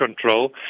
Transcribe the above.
Control